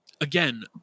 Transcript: again